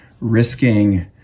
risking